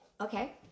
Okay